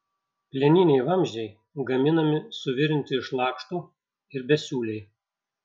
plieniniai vamzdžiai gaminami suvirinti iš lakštų ir besiūliai